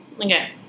Okay